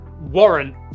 warrant